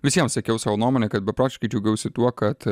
visiems sakiau savo nuomonę kad beprotiškai džiaugiausi tuo kad